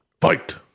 fight